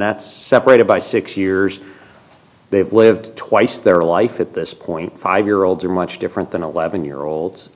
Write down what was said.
that's separated by six years they've lived twice their life at this point five year olds are much different than eleven year olds